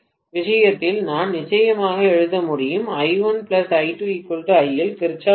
இந்த விஷயத்தில் நான் நிச்சயமாக எழுத முடியும் I1I2IL கிர்ச்சோஃப் சட்டம்